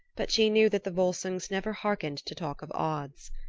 but she knew that the volsungs never harkened to talk of odds.